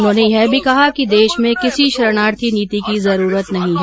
उन्होंने यह भी कहा कि देश में किसी शरणार्थी नीति की जरुरत नहीं है